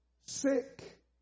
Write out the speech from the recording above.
sick